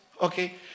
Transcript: Okay